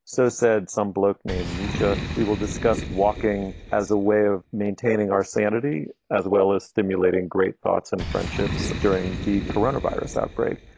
so said some bloke named nuture. we will discuss walking as a way of maintaining our sanity, as well as stimulating great thoughts and friendships during the coronavirus outbreak,